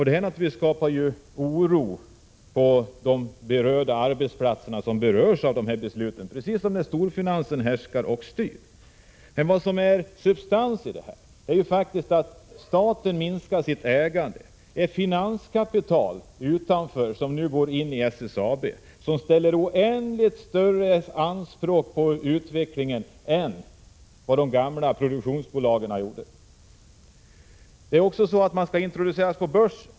Det skapar naturligtvis oro på arbetsplatserna som berörs av besluten, precis som när storfinansen härskar och styr. Substansen i det här är ju att staten minskar sitt ägande. Det finanskapital som nu går in i SSAB ställer oändligt större anspråk på utvecklingen än vad de gamla produktionsbolagen gjorde. SSAB skall introduceras på börsen.